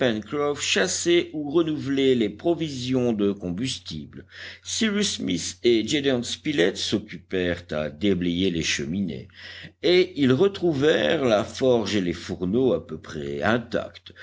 chassaient ou renouvelaient les provisions de combustible cyrus smith et gédéon spilett s'occupèrent à déblayer les cheminées et ils retrouvèrent la forge et les fourneaux à peu près intacts